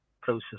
process